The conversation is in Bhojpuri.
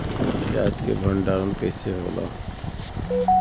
प्याज के भंडारन कइसे होला?